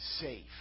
safe